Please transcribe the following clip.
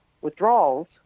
withdrawals